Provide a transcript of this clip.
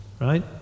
right